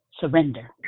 Surrender